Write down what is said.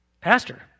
Pastor